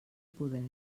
poder